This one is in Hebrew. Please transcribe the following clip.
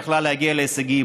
שיכלה להגיע להישגים.